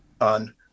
on